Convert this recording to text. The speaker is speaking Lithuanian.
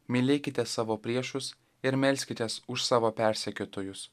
mylėkite savo priešus ir melskitės už savo persekiotojus